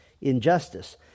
injustice